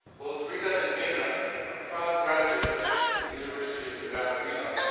both rita and dana are proud graduates of the university of nevada-reno,